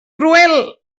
cruel